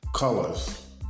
Colors